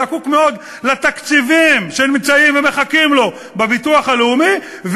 זקוק מאוד לתקציבים שנמצאים ומחכים לו בביטוח הלאומי,